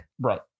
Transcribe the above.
Right